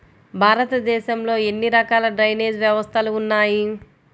భారతదేశంలో ఎన్ని రకాల డ్రైనేజ్ వ్యవస్థలు ఉన్నాయి?